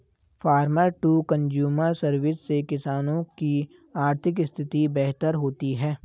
farmer to consumer service से किसानों की आर्थिक स्थिति बेहतर होती है